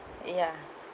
ya